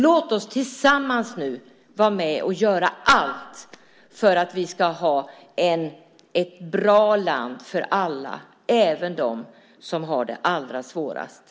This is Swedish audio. Låt oss tillsammans nu vara med och göra allt för att vi ska ha ett bra land för alla, även dem som har det allra svårast.